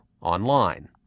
online